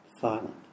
silent